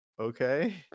okay